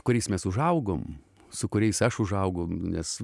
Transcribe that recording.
kuriais mes užaugom su kuriais aš užaugau nes